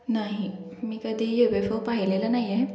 नाही मी कधी यू एफ ओ पाहिलेलं नाही आहे